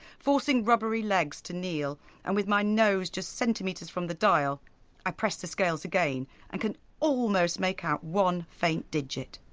forcing rubbery legs to kneel and with my nose just centimetres from the dial i press the scales again and can almost make out one faint digit.